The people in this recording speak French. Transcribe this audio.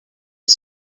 des